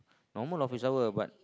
normal office hour but